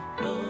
no